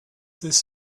this